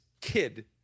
kid